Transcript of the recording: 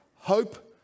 Hope